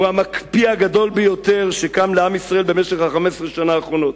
הוא המקפיא הגדול ביותר שקם לעם ישראל במשך 15 השנה האחרונות.